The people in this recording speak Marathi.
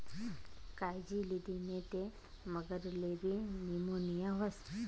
कायजी लिदी नै ते मगरलेबी नीमोनीया व्हस